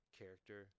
character